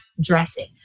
dressing